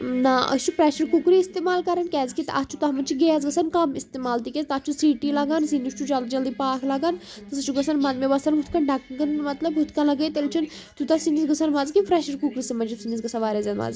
نا أسۍ چھِ پرٛیٚشَر کُکرٕے اِستعمال کَران کیٛازِکہِ اَتھ چھُ تَتھ منٛز چھِ گیس گژھان کَم استعمال تِکیٛازِ تَتھ چھُ سیٖٹی لَگان سِنِس چھُ جلدی جلدی پاکھ لَگان تہ سُہ چھِ گژھان مَزٕ مےٚ باسان ہُتھ کٔنۍ ڈَکَن مطلب ہُتھ کٔنۍ لَگٲیِتھ تیٚلہِ چھِنہٕ تیوٗتاہ سِنِس گژھان مَزٕ کینٛہہ پرٛیٚشَر کُکرَسٕے منٛز چھِ سِنِس گژھان واریاہ زیادٕ مَزٕ